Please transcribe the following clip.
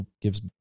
gives